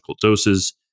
doses